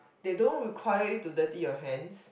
that don't require you to dirty your hands